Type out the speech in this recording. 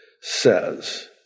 says